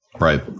Right